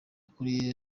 kuri